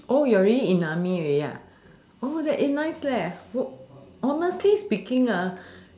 oh you're already in army already ah oh that is nice leh honestly speaking ah